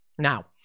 Now